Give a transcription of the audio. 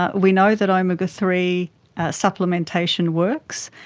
ah we know that omega three supplementation works,